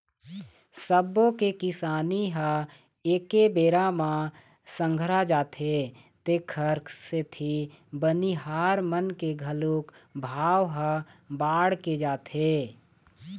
सब्बो के किसानी ह एके बेरा म संघरा जाथे तेखर सेती बनिहार मन के घलोक भाव ह बाड़गे जाथे